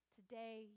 Today